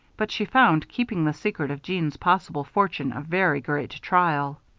but she found keeping the secret of jeanne's possible fortune a very great trial.